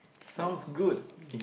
so um